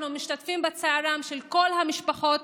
אנחנו משתתפים בצערן של כל המשפחות,